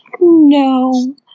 No